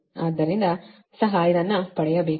ಆದ್ದರಿಂದ ಸಹ ಅದನ್ನು ಪಡೆಯಬೇಕು